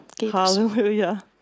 Hallelujah